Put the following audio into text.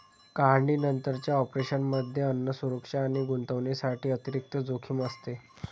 काढणीनंतरच्या ऑपरेशनमध्ये अन्न सुरक्षा आणि गुणवत्तेसाठी अतिरिक्त जोखीम असते